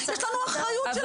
יש לנו אחריות של הורים.